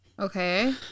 Okay